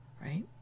Right